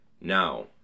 Now